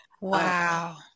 Wow